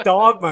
Dog